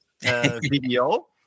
video